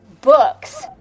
books